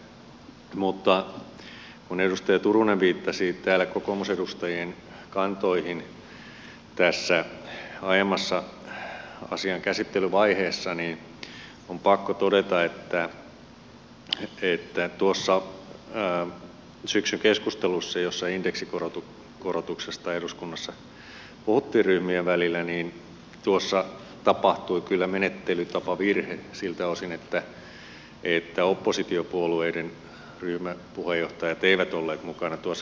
mutta kun edustaja turunen viittasi täällä kokoomusedustajien kantoihin tässä aiemmassa asian käsittelyvaiheessa niin on pakko todeta että tuossa syksyn keskustelussa jossa indeksikorotuksesta eduskunnassa puhuttiin ryhmien välillä tapahtui kyllä menettelytapavirhe siltä osin että oppositiopuolueiden ryhmäpuheenjohtajat eivät olleet mukana tuossa keskustelussa